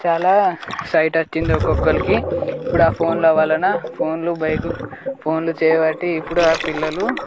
చాల సైట్ వచ్చింది ఒకొక్కరికి ఇప్పుడు ఆ ఫోన్ల వలన ఫోన్లు బైకు ఫోన్లు చేయబట్టి ఇప్పుడు ఆ పిల్లలు